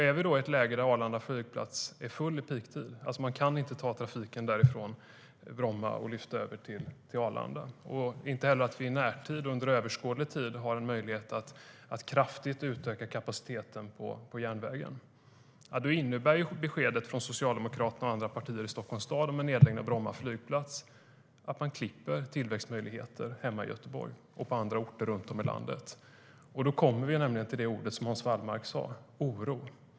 Är vi då i ett läge där Arlanda flygplats är full i peaktid, där man alltså inte kan lyfta över trafik från Bromma till Arlanda och där vi inte heller i närtid eller under överskådlig tid har möjlighet att kraftigt utöka kapaciteten på järnvägen, då innebär beskedet från Socialdemokraterna och andra partier i Stockholms stad om en nedläggning av Bromma flygplats att man klipper av tillväxtmöjligheter hemma i Göteborg och på andra orter runt om i landet. Då kommer vi till ordet som Hans Wallmark sa: oro.